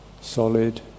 solid